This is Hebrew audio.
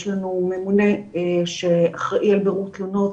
יש לנו ממונה שאחראי על בירור תלונות